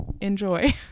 enjoy